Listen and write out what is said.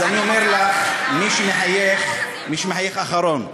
אז אני אומר לך, מחייך מי שמחייך אחרון.